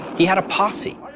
he had a posse.